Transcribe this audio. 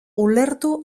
ulertu